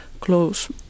close